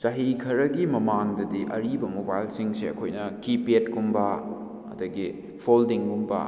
ꯆꯍꯤ ꯈꯔꯒꯤ ꯃꯃꯥꯡꯗꯗꯤ ꯑꯔꯤꯕ ꯃꯣꯕꯥꯏꯜꯁꯤꯡꯁꯦ ꯑꯩꯈꯣꯏꯅ ꯀꯤꯄꯦꯗ ꯀꯨꯝꯕ ꯑꯗꯒꯤ ꯐꯣꯜꯗꯤꯡꯒꯨꯝꯕ